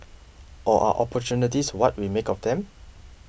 or are opportunities what we make of them